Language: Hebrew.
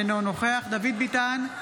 אינו נוכח דוד ביטן,